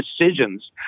decisions